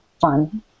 fun